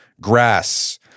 grass